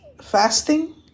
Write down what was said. fasting